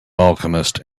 alchemist